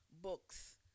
books